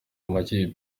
amakipe